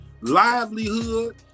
livelihood